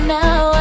now